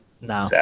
No